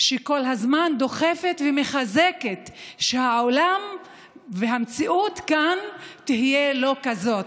שכל הזמן דוחפת ומחזקת שהעולם והמציאות כאן תהיה לא כזאת.